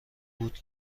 بود